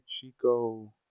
Chico